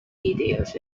details